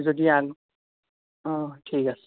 যদি অ ঠিক আছে